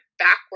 backwards